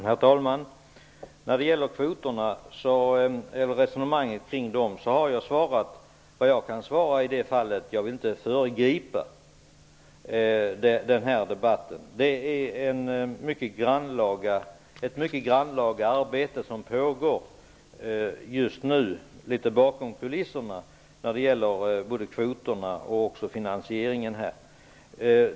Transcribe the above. Herr talman! När det gäller resonemanget kring kvoterna har jag svarat vad jag kan säga. Jag vill inte föregripa den debatten. Det är ett mycket grannlaga arbete som just nu pågår litet grand bakom kulisserna när det gäller både kvoterna och finansieringen.